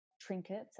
trinkets